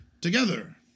together